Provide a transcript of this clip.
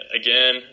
Again